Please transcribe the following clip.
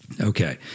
okay